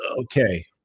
Okay